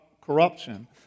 corruption